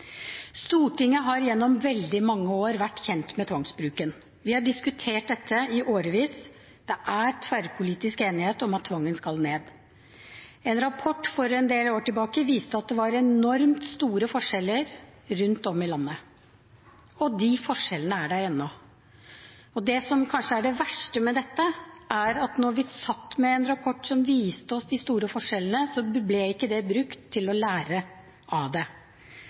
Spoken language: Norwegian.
Stortinget har gjennom veldig mange år vært kjent med tvangsbruken. Vi har diskutert dette i årevis. Det er tverrpolitisk enighet om at tvangsbruken skal ned. En rapport fra en del år tilbake viste at det var enormt store forskjeller rundt om i landet, og de forskjellene er der ennå. Det som kanskje er det verste med dette, er at da vi satt med en rapport som viste oss de store forskjellene, ble ikke den brukt til å lære av det